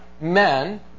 men